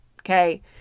Okay